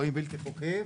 שוהים בלתי חוקיים,